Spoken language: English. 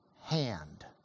hand